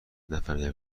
نفهمیدم